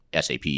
SAP